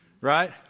right